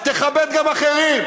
אז תכבד גם אחרים,